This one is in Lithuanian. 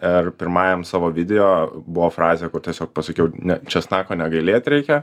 ir pirmajam savo video buvo frazė kur tiesiog pasakiau ne česnako negailėt reikia